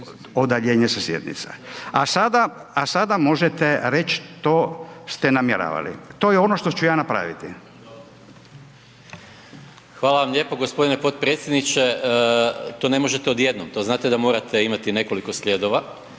udaljenje sa sjednica. A sada možete reć što ste namjeravali, to je ono što ću ja napraviti. **Maras, Gordan (SDP)** Hvala vam lijepo g. potpredsjedniče. To ne možete odjednom, to znate da morate imati nekoliko sljedova.